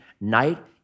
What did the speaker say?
night